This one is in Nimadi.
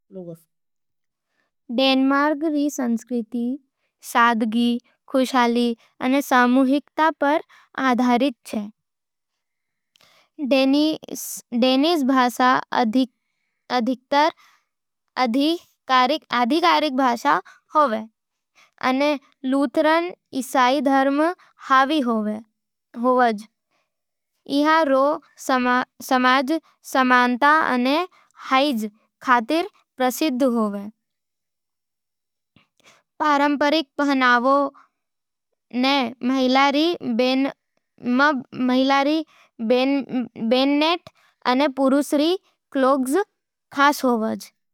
डेनमार्क रो संस्कृति सादगी, खुशहाली अने सामूहिकता पर आधारित छे। डेनिश भाषा आधिकारिक होवे, अने लूथरन ईसाई धर्म हावी होवे। इहाँ रो समाज समानता अने हाइज आरामदायक जीवनशैली खातर प्रसिद्ध होवे। पारंपरिक पहनावा में महिलावां री बोननेट अने पुरुषां री क्लोग्स खास होवज।